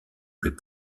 plus